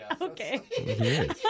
Okay